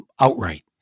outright